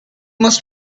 must